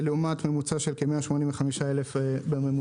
לעומת ממוצע ארצי של כ-185,000 ש"ח.